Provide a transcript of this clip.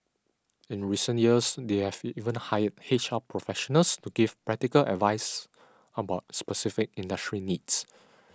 in recent years they have even hired H R professionals to give practical advice about specific industry needs